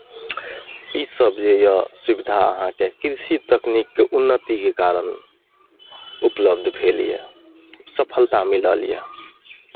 इसभ जे यए सुविधा अहाँकेँ कृषि तकनीकके उन्नतिके कारण उपलब्ध भेल यए सफलता मिलल यए